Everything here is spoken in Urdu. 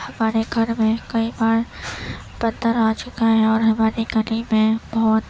ہمارے گھر میں کئی بار بندر آ چکے ہیں اور ہماری گلی میں بہت